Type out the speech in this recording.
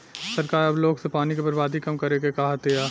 सरकार अब लोग से पानी के बर्बादी कम करे के कहा तिया